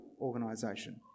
organisation